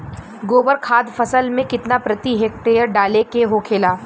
गोबर खाद फसल में कितना प्रति हेक्टेयर डाले के होखेला?